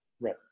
right